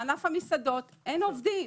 בענף המסעדות אין עובדים.